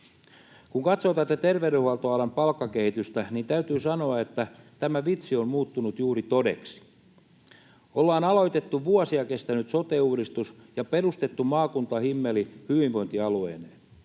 Kun katsoo tätä terveydenhuoltoalan palkkakehitystä, niin täytyy sanoa, että tämä vitsi on muuttunut juuri todeksi. Ollaan aloitettu vuosia kestänyt sote-uudistus ja perustettu maakuntahimmeli hyvinvointialueineen.